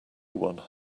one